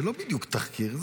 זה לא בדיוק תחקיר,